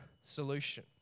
solution